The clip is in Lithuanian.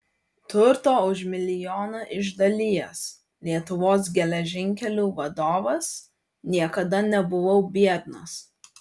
turto už milijoną išdalijęs lietuvos geležinkelių vadovas niekada nebuvau biednas